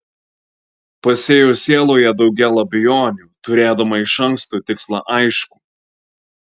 pasėjo sieloje daugel abejonių turėdama iš anksto tikslą aiškų